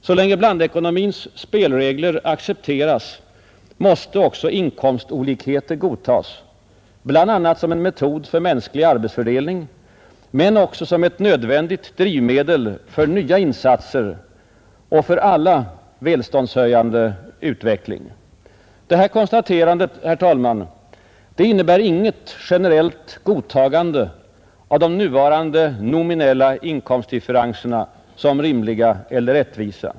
Så länge blandekonomins spelregler accepteras, måste också inkomstolikheter godtas, bl.a. som en metod för mänsklig arbetsfördelning men också som ett nödvändigt drivmedel för nya insatser och en för alla välståndshöjande utveckling. Detta konstaterande, herr talman, utgör inget generellt godtagande av de nuvarande nominella inkomstdifferenserna som rimliga eller rättvisa.